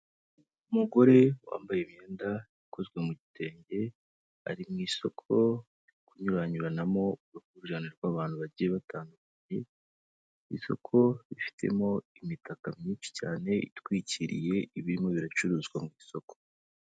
Umugore wambaye imyenda ikozwe mu gitenge ari mu isoko hanyuranyuranamo uruhurirane rw'abantu bagiye batandukanye, ku isoko rifitemo imitaka myinshi cyane itwikiriye ibirimo biracuruzwa mu isoko.